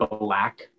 black